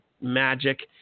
magic